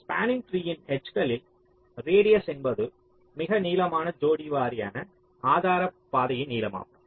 இந்த ஸ்பாண்ணிங் ட்ரீஇன் எட்ஜ்களில் ரேடியஸ் என்பது மிக நீளமான ஜோடி வாரியான ஆதார பாதையின் நீளமாகும்